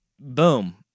boom